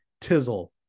Tizzle